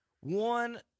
One